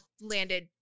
landed